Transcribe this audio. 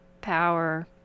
power